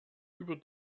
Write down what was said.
über